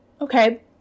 Okay